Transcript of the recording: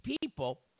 people